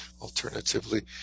alternatively